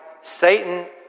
Satan